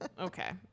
okay